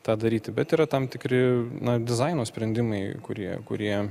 tą daryti bet yra tam tikri dizaino sprendimai kurie kurie